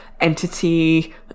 entity